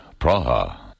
Praha